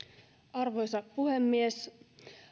arvoisa puhemies